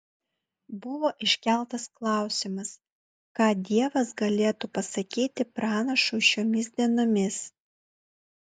buvo iškeltas klausimas ką dievas galėtų pasakyti pranašui šiomis dienomis